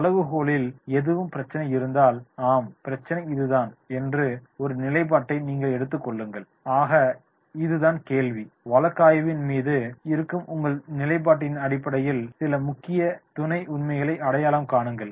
அளவுகோல்களில் எதுவும் பிரச்சினை இருந்தால் ஆம் பிரச்சினை இதுதான் என்ற ஒரு நிலைப்பாட்டை நீங்கள் எடுத்துக் கொள்ளுங்கள் ஆக இதுதான் கேள்வி வழக்கு ஆய்வின் மீது இருக்கும் உங்கள் நிலைப்பாட்டின் அடிப்படையில் சில முக்கிய துணை உண்மைகளை அடையாளம் காணுங்கள்